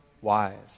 wise